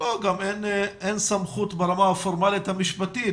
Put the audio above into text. גם אין סמכות ברמה הפורמלית המשפטית